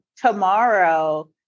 Tomorrow